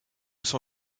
son